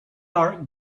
are